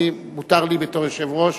מותר לי בתור יושב-ראש.